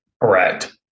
Correct